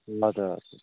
ल त